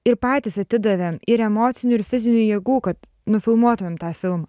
ir patys atidavėm ir emocinių ir fizinių jėgų kad nufilmuotumėm tą filmą